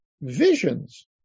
visions